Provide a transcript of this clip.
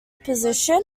position